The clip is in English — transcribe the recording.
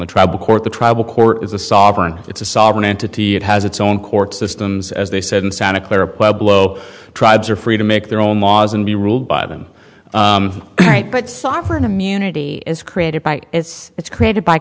the tribal court the tribal court is a sovereign it's a sovereign entity it has its own court systems as they said in santa clara pueblo tribes are free to make their own laws and be ruled by them right but sovereign immunity is created by it's it's created by